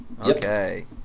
Okay